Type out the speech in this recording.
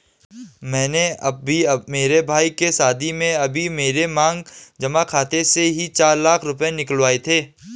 मैंने अभी मेरे भाई के शादी में अभी मेरे मांग जमा खाते से ही चार लाख रुपए निकलवाए थे